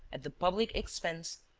at the public expense,